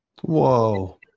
Whoa